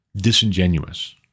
Disingenuous